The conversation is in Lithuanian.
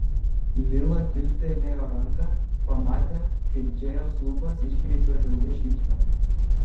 lila kilstelėjo ranką pamatė kaip džėjos lūpas iškreipia žiauri šypsena